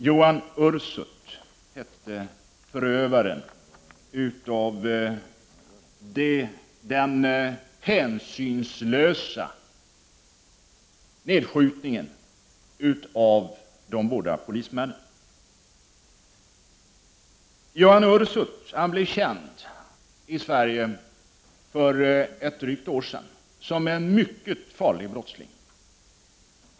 Ioan Ursut hette förövaren av den hänsynslösa nedskjutningen av de båda polismännen. Ioan Ursut blev känd i Sverige för ett drygt år sedan som en mycket farlig brottsling.